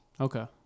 Okay